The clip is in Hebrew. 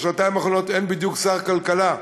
בשנתיים האחרונות אין בדיוק שר כלכלה,